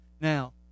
Now